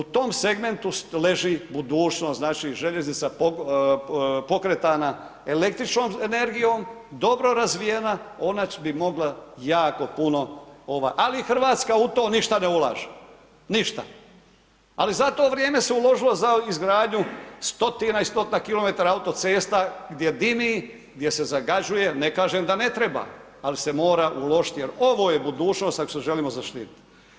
U tom segmentu leži budućnost, znači željeznica pokretana električnom energijom, dobro razvijena, ona bi mogla jako puno ali Hrvatska u to ništa ne ulaže, ništa ali za to vrijeme se uložilo za izgradnju stotina i stotina kilometara autocesta gdje dimi, gdje se zagađuje, ne kažem da ne treba ali se mora uložiti jer ovo je budućnost ako se želimo zaštititi.